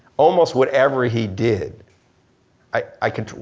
almost whatever he did i could,